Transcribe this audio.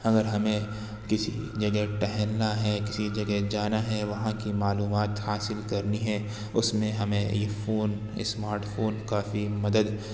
اگر ہمیں کسی جگہ ٹہلنا ہے کسی جگہ جانا ہے وہاں کی معلومات حاصل کرنی ہے اس میں ہمیں یہ فون اسمارٹ فون کافی مدد